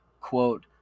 Quote